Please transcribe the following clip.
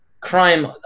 crime